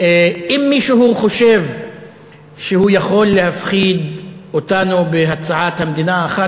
אם מישהו חושב שהוא יכול להפחיד אותנו בהצעת המדינה האחת,